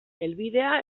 helbidea